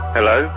Hello